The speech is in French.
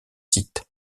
sites